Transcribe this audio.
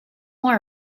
more